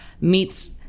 meets